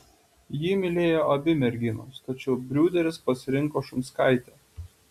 jį mylėjo abi merginos tačiau briūderis pasirinko šumskaitę